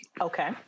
Okay